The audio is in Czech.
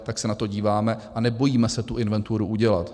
Tak se na to díváme a nebojíme se tu inventuru udělat.